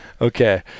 Okay